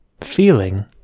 feeling